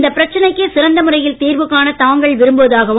இந்த பிரச்சனைக்கு சிறந்த முறையில் தீர்வு காண தாங்கள் விரும்புவதாகவும்